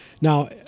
Now